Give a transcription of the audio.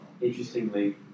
interestingly